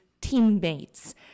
teammates